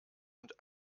und